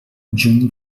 juny